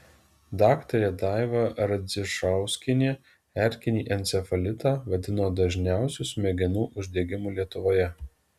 daktarė daiva radzišauskienė erkinį encefalitą vadino dažniausiu smegenų uždegimu lietuvoje